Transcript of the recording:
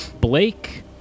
Blake